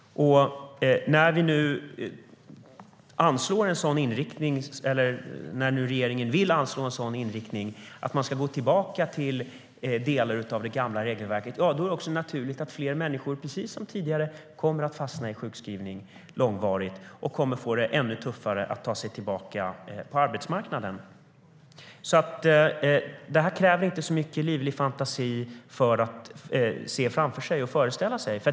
Och när regeringen nu vill anslå en inriktning för att gå tillbaka till delar av det gamla regelverket är det också naturligt att fler människor, precis som tidigare, kommer att fastna i långvarig sjukskrivning och få det ännu tuffare att ta sig tillbaka till arbetsmarknaden. Det krävs alltså inte särskilt livlig fantasi för att se detta framför sig.